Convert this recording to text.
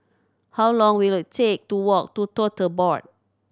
how long will it take to walk to Tote Board